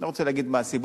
לא רוצה להגיד מה הסיבות,